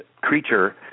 creature